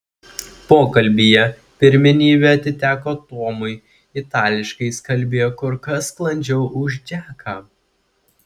pokalbyje pirmenybė atiteko tomui itališkai jis kalbėjo kur kas sklandžiau už džeką